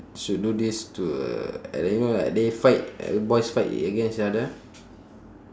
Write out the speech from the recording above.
should do this to uh and then you know like they fight boys fight against each other